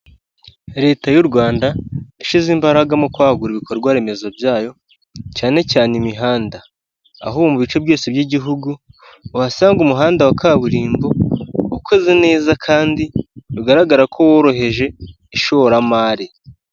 Leta y'u Rwanda, yashyize imbaraga mu kwagura ibikorwaremezo byayo cyane cyane imihanda, aho mu bice byose by'igihugu, uhasanga umuhanda wa kaburimbo, ukoze neza kandi bigaragara ko woroheje ishoramari.